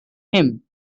him